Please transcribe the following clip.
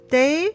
day